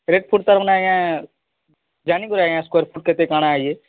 rate foot ତାର୍ ମାନେ ଆଜ୍ଞା ଜାଣିି ଗଲେଣି ଆଜ୍ଞା ସ୍କୋୟାର ଫୁଟ୍ କେତେ କ'ଣ ଇଏ